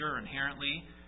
inherently